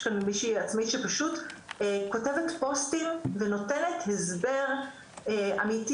יש כאן מישהי עצמאית שפשוט כותבת פוסטים ונותנת הסבר אמיתי,